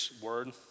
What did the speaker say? word